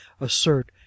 ASSERT